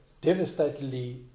devastatingly